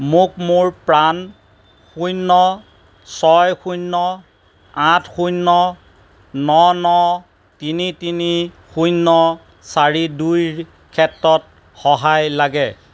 মোক মোৰ পান শূন্য ছয় শূন্য আঠ শূন্য ন ন তিনি তিনি শূন্য চাৰি দুইৰ ক্ষেত্ৰত সহায় লাগে